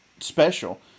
special